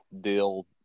deal